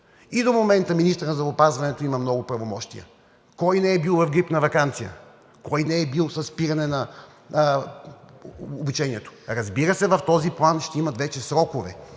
И до момента министърът на здравеопазването има много правомощия. Кой не е бил в грипна ваканция? Кой не е бил при спиране на обучението? Разбира се, в този план ще има вече срокове,